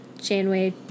Janeway